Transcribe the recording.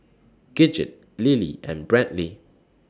Gidget Lilly and Brantley